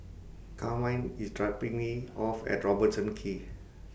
Carmine IS dropping Me off At Robertson Quay